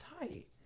tight